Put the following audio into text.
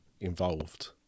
involved